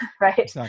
right